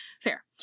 Fair